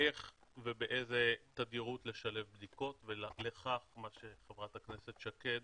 ואיך ובאיזו תדירות לשלב בדיקות לכך התייחסה חברת הכנסת שקד